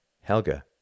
Helga